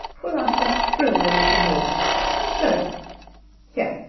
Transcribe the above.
pull out that frill a little more so here,